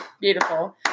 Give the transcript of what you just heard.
Beautiful